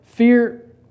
Fear